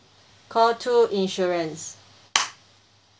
call two insurance